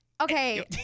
Okay